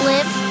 Live